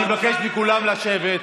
אני מבקש מכולם לשבת,